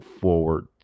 forward